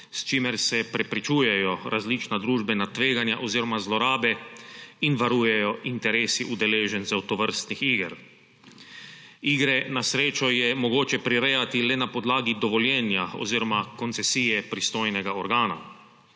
s čimer se preprečujejo različna družbena tveganja oziroma zlorabe in varujejo interesi udeležencev tovrstnih iger. Igre na srečo je mogoče prirejati le na podlagi dovoljenja oziroma koncesije pristojnega organa,